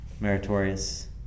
meritorious